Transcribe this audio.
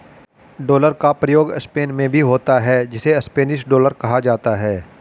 dollar का प्रयोग Spain में भी होता है जिसे स्पेनिश डॉलर कहा जाता है